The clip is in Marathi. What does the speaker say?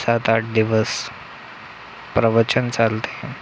सात आठ दिवस प्रवचन चालते